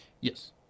Yes